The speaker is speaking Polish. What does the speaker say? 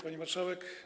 Pani Marszałek!